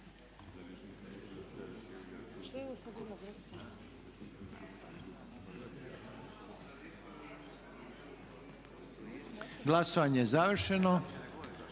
Glasovanje je završeno.